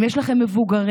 אם יש לכם מבוגרים,